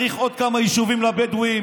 צריך עוד כמה יישובים לבדואים,